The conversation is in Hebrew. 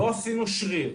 לא עשינו "שריר".